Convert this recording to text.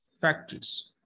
factories